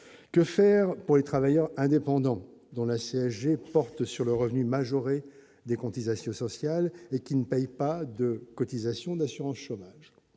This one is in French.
que faire pour les travailleurs indépendants dans la CSG porte sur le revenu, majoré des comptes, ils assurent social et qui ne paye pas de cotisations d'assurance chômage,